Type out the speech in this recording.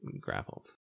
grappled